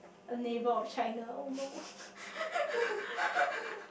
a neighbour of China oh no